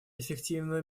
эффективную